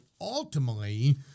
ultimately